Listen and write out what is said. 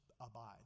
abide